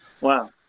wow